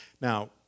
Now